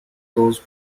those